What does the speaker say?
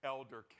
Elder